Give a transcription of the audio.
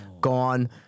gone